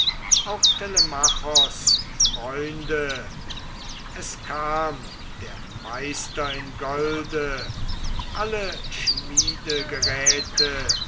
auch telemachos freunde es kam der meister in golde alle